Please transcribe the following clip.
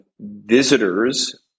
visitors